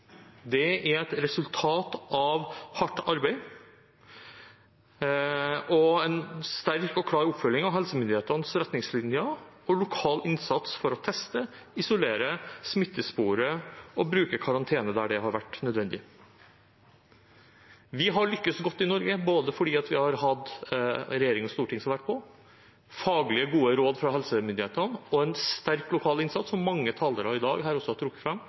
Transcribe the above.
Det er et resultat av hardt arbeid og en sterk og klar oppfølging av helsemyndighetenes retningslinjer og lokal innsats for å teste, isolere, smittespore og bruke karantene der det har vært nødvendig. Vi har lyktes godt i Norge fordi vi har hatt både en regjering og et storting som har vært på, faglig gode råd fra helsemyndighetene og en sterk lokal innsats, som mange talere her i dag har trukket fram